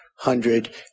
hundred